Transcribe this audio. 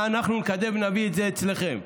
אנחנו נקדם ונביא את זה אליכם.